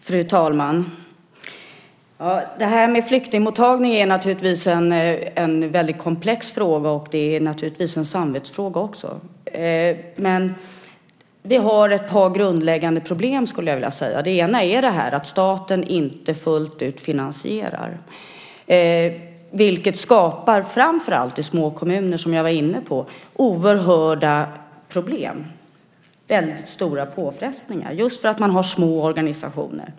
Fru talman! Frågan om flyktingmottagning är en väldigt komplex fråga och naturligtvis även en samvetsfråga. Men det finns ett par grundläggande problem. Det ena är att staten inte fullt ut finansierar den, vilket skapar oerhört stora problem och väldigt stora påfrestningar, framför allt i små kommuner som jag var inne på, just för att man har små organisationer.